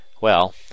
Well